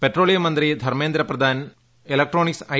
petroleum മന്ത്രി Dharmendra Pradhan electronics I